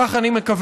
כך אני מקווה,